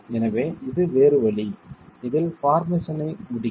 எனவே இது வேறு வழி இதில் பார்மசனை முடிக்கும்